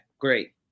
Great